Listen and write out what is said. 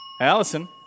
Allison